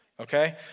okay